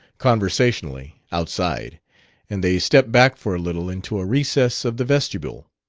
conversationally, outside and they stepped back for a little into a recess of the vestibule.